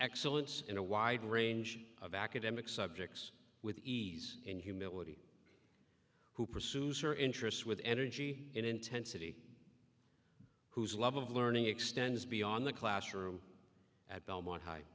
excellence in a wide range of academic subjects with ease and humility who pursues her interests with energy and intensity whose love of learning extends beyond the classroom at belmont high